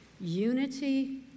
Unity